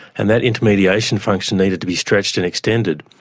and that intermediation function needed to be stretched and extended.